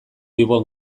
ibon